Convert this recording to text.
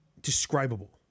describable